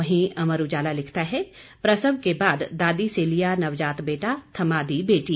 वहीं अमर उजाला लिखता है प्रसव के बाद दादी से लिया नवजात बेटा थमा दी बेटी